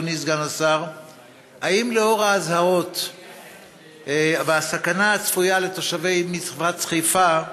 אדוני סגן השר: 1. האם לאור האזהרות והסכנה הצפויה לתושבי מפרץ חיפה,